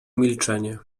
milczenie